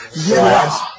Yes